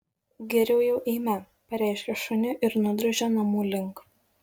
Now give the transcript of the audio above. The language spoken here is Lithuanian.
geriau jau eime pareiškė šuniui ir nudrožė namų link